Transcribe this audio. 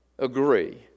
Agree